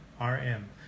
RM